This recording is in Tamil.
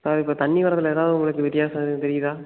சார் இப்போ தண்ணி வரதுல எதாவது உங்களுக்கு வித்தியாசம் எதுவும் தெரியுதா